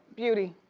beauty.